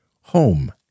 home